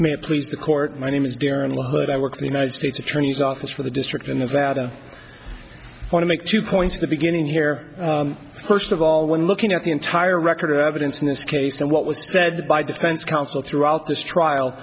it please the court my name is jeremy lin but i work the united states attorney's office for the district in nevada i want to make two points the beginning here first of all when looking at the entire record of evidence in this case and what was said by defense counsel throughout this trial